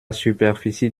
superficie